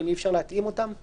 האם אי אפשר להתאים את זה?